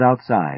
outside